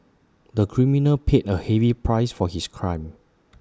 the criminal paid A heavy price for his crime